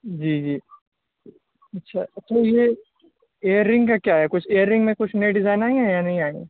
جی جی اچھا اچھا یہ ایئر رنگ کا کیا ہے کچھ ایئر رنگ میں کچھ نئے ڈیزائن آئے ہیں یا نہیں آئے ہیں